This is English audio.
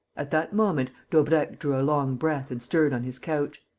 at that moment, daubrecq drew a long breath and stirred on his couch.